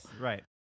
right